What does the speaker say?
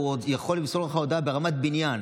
הוא יכול למסור לך הודעה ברמת בניין.